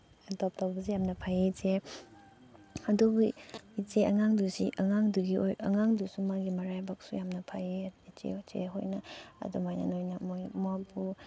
adopt ꯇꯧꯕꯁꯦ ꯌꯥꯝ ꯐꯩꯌꯦ ꯆꯦ ꯑꯗꯨꯒꯤ ꯏꯆꯦ ꯑꯉꯥꯡꯗꯨꯁꯤ ꯑꯉꯥꯡꯗꯨꯒꯤ ꯑꯉꯥꯡꯗꯨꯁꯨ ꯃꯥꯒꯤ ꯃꯔꯥꯏꯕꯛꯁꯨ ꯌꯥꯝꯅ ꯐꯩꯌꯦ ꯏꯆꯦ ꯆꯦ ꯍꯣꯏꯅ ꯑꯗꯨꯃꯥꯏꯅ ꯅꯣꯏꯅ ꯃꯥꯕꯨ